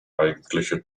eigentliche